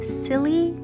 silly